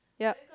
yup